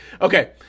Okay